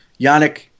Yannick